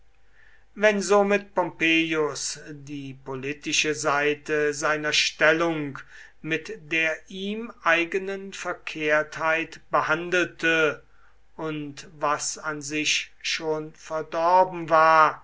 wenn somit pompeius die politische seite seiner stellung mit der ihm eigenen verkehrtheit behandelte und was an sich schon verdorben war